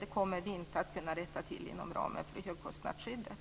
Det kommer vi inte att kunna rätta till inom ramen för högkostnadsskyddet.